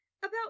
About